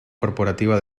corporativa